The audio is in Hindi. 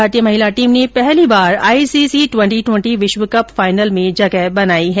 भारतीय महिला टीम ने पहली बार I C C twenty twenty वैश्व कप फाइनल में जगह बनायी है